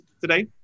today